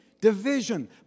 division